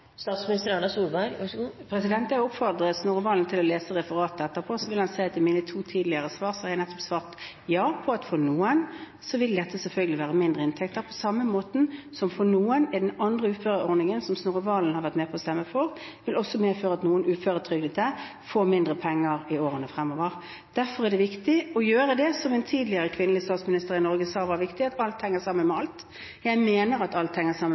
Jeg oppfordrer Snorre Serigstad Valen til å lese referatet etterpå, for da vil han se at jeg i mine to foregående svar har svart: Ja, for noen vil dette selvfølgelig bety mindre inntekter – på samme måte som at også den andre uføreordningen, som Snorre Serigstad Valen har vært med på å stemme for, vil medføre at noen uføretrygdede får mindre penger i årene fremover. Derfor er det viktig å gjøre det som en tidligere kvinnelig statsminister i Norge sa var viktig, nemlig å se at alt henger sammen med alt. Jeg mener at alt henger sammen